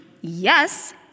Yes